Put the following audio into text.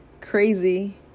crazy